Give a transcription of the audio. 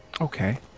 Okay